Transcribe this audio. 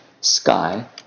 sky